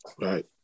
Right